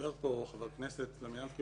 דיבר פה חבר הכנסת סלומינסקי,